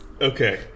Okay